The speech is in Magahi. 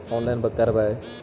औनलाईन करवे?